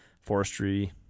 forestry